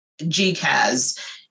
GCAS